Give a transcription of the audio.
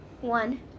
one